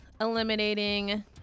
eliminating